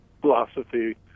philosophy